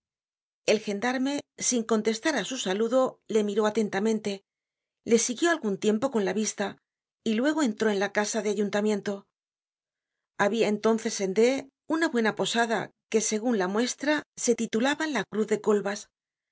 el gendarme sin contestar á su saludo le miró atentamente le siguió algun tiempo con la vista y luego entró en la casa de ayuntamiento habia entonces en d una buena posada que segun la muestra se titulaba de la cruz de colbas